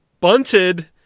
bunted